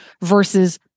versus